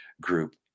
group